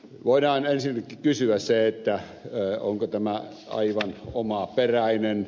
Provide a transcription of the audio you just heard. voidaan ensinnäkin kysyä onko tämä aivan omaperäinen